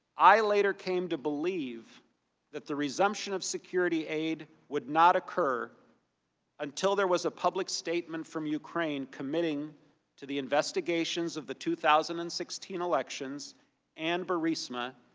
i later came to believe that the resumption of security aid would not occur until there was a public statement from ukraine committing to the investigations of the two thousand and sixteen election and burisma,